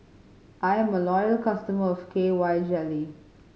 I'm a loyal customer of K Y Jelly